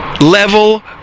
level